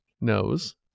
knows